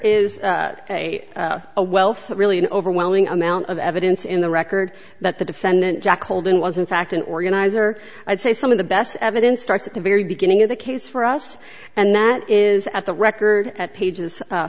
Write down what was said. a wealth really an overwhelming amount of evidence in the record that the defendant jack holden was in fact an organizer i say some of the best evidence starts at the very beginning of the case for us and that is at the record at pages